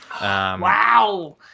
Wow